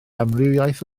amrywiaeth